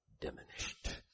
diminished